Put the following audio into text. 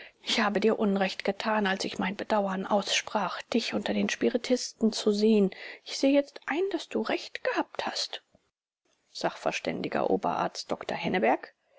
ich habe dir unrecht getan als ich mein bedauern aussprach dich unter den spiritisten zu sehen ich sehe jetzt ein daß du recht gehabt hast sachverst oberarzt dr henneberg